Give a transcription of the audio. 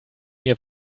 mir